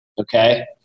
Okay